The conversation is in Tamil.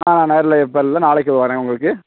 நான் நேரில் இப்போ இல்லை நாளைக்கு வரேன் உங்களுக்கு